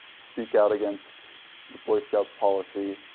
speak out against the boy scout's policy.